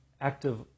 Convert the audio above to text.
active